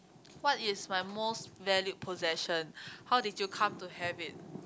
what is my most valued possession how did you come to have it